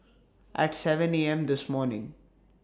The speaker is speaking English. At seven A M This morning